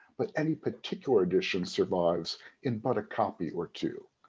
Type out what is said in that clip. but any particular edition survives in but a copy or two.